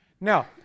Now